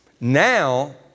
Now